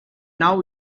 now